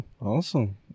Awesome